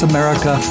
America